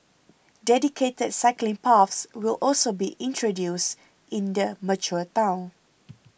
dedicated cycling paths will also be introduced in their mature town